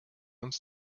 uns